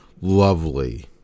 lovely